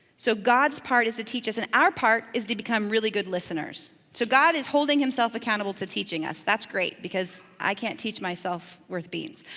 so god's part is to teach us, and our part is to become really good listeners. so god is holding himself accountable to teaching us. that's great, because i can't teach myself worth beads,